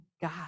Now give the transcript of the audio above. God